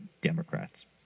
Democrats